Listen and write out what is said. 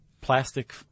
plastic